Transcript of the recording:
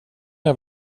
jag